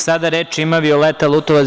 Sada reč ima Violeta Đurđević Lutovac.